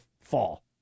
fall